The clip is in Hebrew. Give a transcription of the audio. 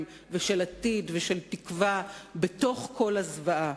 ושל עתיד ושל תקווה בתוך כל הזוועה,